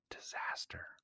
Disaster